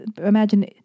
imagine